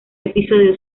episodio